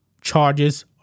charges